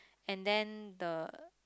and then the